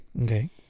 Okay